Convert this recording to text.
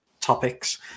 topics